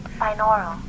Binaural